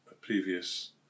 previous